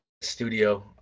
studio